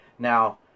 Now